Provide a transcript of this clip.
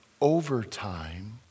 overtime